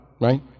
right